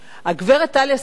הגברת טליה ששון,